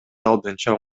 алдынча